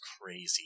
crazy